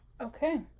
Okay